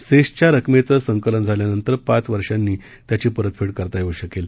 सेसच्या रकमेचं संकलन झाल्यानंतर पाच वर्षानंतर त्याची परतफेड करता येऊ शकेल